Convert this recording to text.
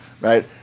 right